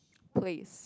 place